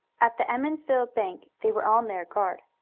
at the emmonsville bank they were on their guard.